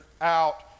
out